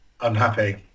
unhappy